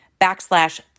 backslash